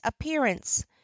appearance